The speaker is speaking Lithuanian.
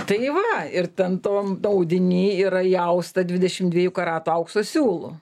tai va ir ten tom audiny yra įausta dvidešimt dviejų karatų aukso siūlų